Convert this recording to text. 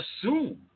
assume